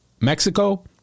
Mexico